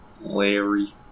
Larry